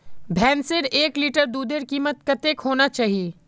भैंसेर एक लीटर दूधेर कीमत कतेक होना चही?